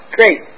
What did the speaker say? Great